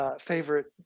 favorite